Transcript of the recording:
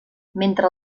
mentre